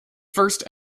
first